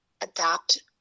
adapt